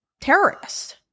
terrorists